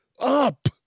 up